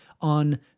on